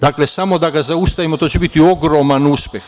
Dakle, samo da ga zaustavimo, to će biti ogroman uspeh.